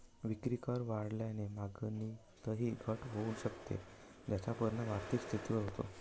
विक्रीकर वाढल्याने मागणीतही घट होऊ शकते, ज्याचा परिणाम आर्थिक स्थितीवर होतो